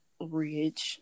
rich